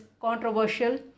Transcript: controversial